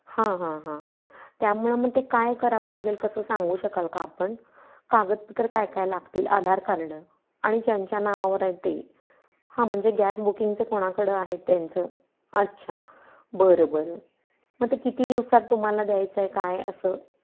हां हां हां त्यामुळं मग ते काय करावं लागेल कसं सांगू शकाल का आपण कागदपत्रं काय काय लागतील आधार कार्ड आणि ज्यांच्या नावावर आहे ते हां म्हणजे गॅस बुकिंगचं कोणाकडं आहे त्यांचं अच्छा बरं बरं मग ते किती दिवसात तुम्हाला द्यायचं आहे काय असं